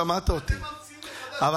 אתם ממציאים מחדש את המציאות.